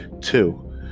Two